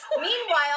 Meanwhile